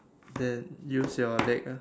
then use your leg ah